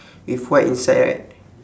with white inside right